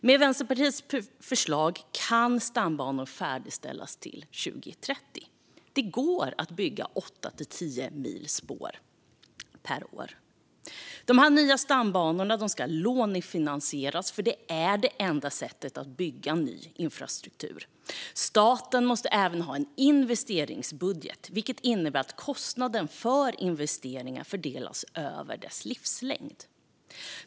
Med Vänsterpartiets förslag kan stambanor färdigställas till 2030. Det går att bygga åtta till tio mil spår per år. Dessa nya stambanor ska lånefinansieras, för det är det enda sättet att bygga ny infrastruktur. Staten måste även ha en investeringsbudget, vilket innebär att kostnaden för investeringar fördelas över deras livslängd.